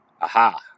aha